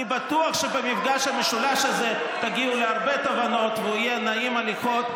אני בטוח שבמפגש המשולש הזה תגיעו להרבה תובנות ושהוא יהיה נעים הליכות,